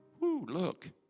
look